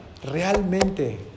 realmente